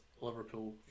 Liverpool